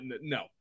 no